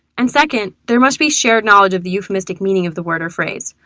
and second, there must be shared knowledge of the euphemistic meaning of the word or phrase.